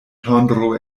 tondro